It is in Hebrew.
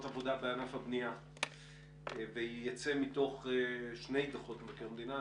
עבודה בענף הבנייה וייצא מתוך שני דוחות מבקר המדינה,